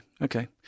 okay